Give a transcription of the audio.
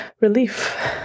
relief